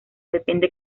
depende